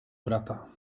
brata